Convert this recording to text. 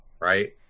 right